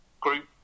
group